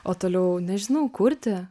o toliau nežinau kurti